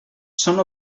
són